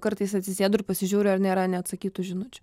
kartais atsisėdu ir pasižiūriu ar nėra neatsakytų žinučių